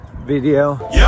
video